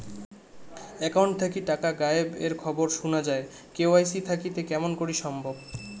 Account থাকি টাকা গায়েব এর খবর সুনা যায় কে.ওয়াই.সি থাকিতে কেমন করি সম্ভব?